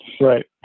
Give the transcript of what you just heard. Right